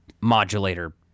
modulator